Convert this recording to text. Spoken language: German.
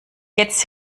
jetzt